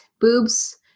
Boobs